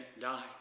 die